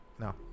No